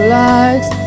likes